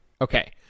Okay